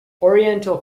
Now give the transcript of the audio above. oriental